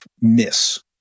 miss